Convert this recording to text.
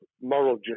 moral